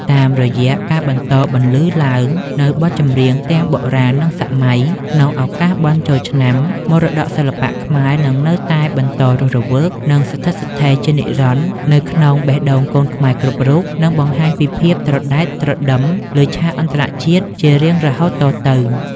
តាមរយៈការបន្តបន្លឺឡើងនូវបទចម្រៀងទាំងបុរាណ និងសម័យក្នុងឱកាសបុណ្យចូលឆ្នាំ មរតកសិល្បៈខ្មែរនឹងនៅតែបន្តរស់រវើក និងស្ថិតស្ថេរជានិរន្តរ៍នៅក្នុងបេះដូងកូនខ្មែរគ្រប់រូប និងបង្ហាញភាពត្រដែតត្រដឹមលើឆាកអន្តរជាតិជារៀងរហូតតទៅ។